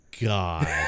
god